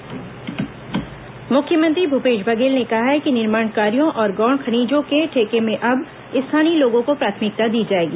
मुख्यमंत्री प्रेसवार्ता मुख्यमंत्री भूपेश बघेल ने कहा है कि निर्माण कार्यो और गौण खनिजों के ठेके में अब स्थानीय लोगों को प्राथमिकता दी जाएगी